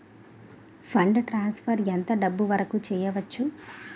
Fund transfer ఎంత డబ్బు వరుకు చేయవచ్చు?